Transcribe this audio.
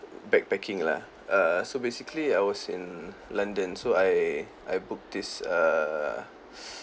backpacking lah err so basically I was in london so I I booked this err